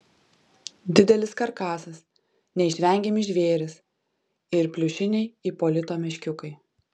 didelis karkasas neišvengiami žvėrys ir pliušiniai ipolito meškiukai